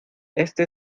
éste